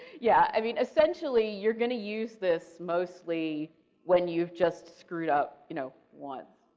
yeah, i mean essentially you're going to use this mostly when you've just screwed up you know once.